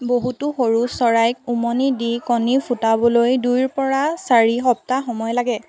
বহুতো সৰু চৰাইক উমনি দি কণী ফুটাবলৈ দুইৰ পৰা চাৰি সপ্তাহ সময় লাগে